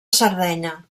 sardenya